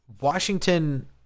Washington